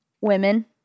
women